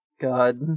God